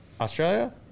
Australia